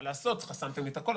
מה לעשות שחסמתם הכול,